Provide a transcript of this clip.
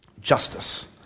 Justice